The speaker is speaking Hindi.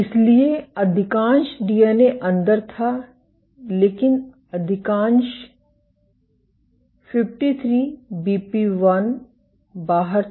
इसलिए अधिकांश डीएनए अंदर था लेकिन अधिकांश 53बीपी1 बाहर था